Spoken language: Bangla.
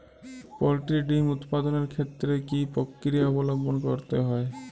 পোল্ট্রি ডিম উৎপাদনের ক্ষেত্রে কি পক্রিয়া অবলম্বন করতে হয়?